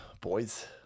boys